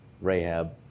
Rahab